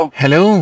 Hello